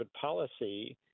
policy